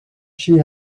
she